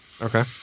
Okay